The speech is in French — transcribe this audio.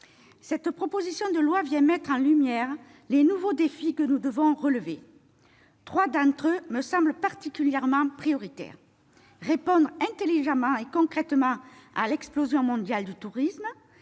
de leurs fonctions. Ce texte vient mettre en lumière les nouveaux défis que nous devons relever. Trois d'entre eux me semblent particulièrement prioritaires : répondre intelligemment et concrètement à l'explosion mondiale du tourisme,